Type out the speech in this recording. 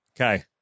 okay